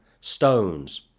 Stones